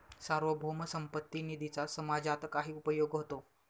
सार्वभौम संपत्ती निधीचा समाजात काय उपयोग होतो?